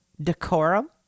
decorum